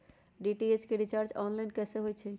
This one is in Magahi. डी.टी.एच के रिचार्ज ऑनलाइन कैसे होईछई?